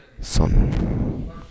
son